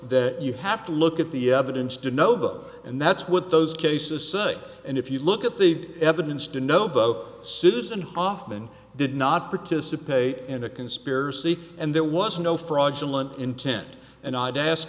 that you have to look at the evidence to nova and that's what those cases say and if you look at the evidence to know both citizen hoffman did not participate in a conspiracy and there was no fraudulent intent and i'd ask